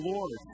Lord